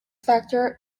factor